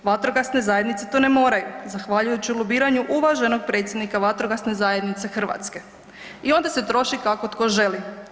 Vatrogasne zajednice to ne moraju zahvaljujući lobiranju uvaženog predsjednika Vatrogasne zajednice Hrvatske i onda se troši kako tko želi.